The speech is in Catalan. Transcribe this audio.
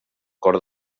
cor